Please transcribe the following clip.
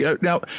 now